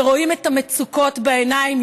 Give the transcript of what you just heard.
ורואים את המצוקות בעיניים,